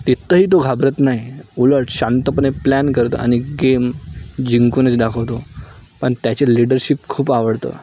तिथंही तो घाबरत नाही उलट शांतपणे प्लॅन करतो आणि गेम जिंकूनच दाखवतो पण त्याचे लीडरशिप खूप आवडतं